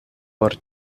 por